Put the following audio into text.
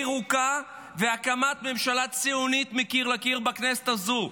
על פירוקה והקמת ממשלה ציונית מקיר לקיר בכנסת הזו.